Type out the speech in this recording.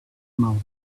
mouth